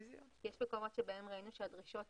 יש מקומות בהם ראינו שהדרישות